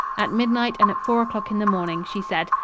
at midnight and at four o'clock in the morning, she said,